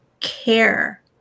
care